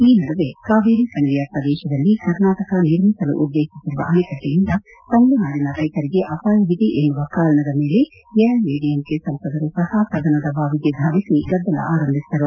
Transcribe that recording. ಈ ನಡುವೆ ಕಾವೇರಿ ಕಣಿವೆಯ ಪ್ರದೇಶದಲ್ಲಿ ಕರ್ನಾಟಕ ನಿರ್ಮಿಸಲು ಉದ್ದೇಶಿಸಿರುವ ಅಣೆಕಟ್ಟೆಕಯಿಂದ ತಮಿಳುನಾಡಿನ ರೈತರಿಗೆ ಅಪಾಯವಿದೆ ಎನ್ನುವ ಕಾರಣದ ಮೇಲೆ ಎಐಎಡಿಎಂಕೆ ಸಂಸದರೂ ಸಹ ಸದನದ ಬಾವಿಗೆ ಧಾವಿಸಿ ಗದ್ದಲ ಆರಂಭಿಸಿದರು